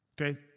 Okay